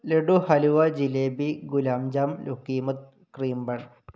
laddoo halwa jalebi gulab jamun cream bun